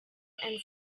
and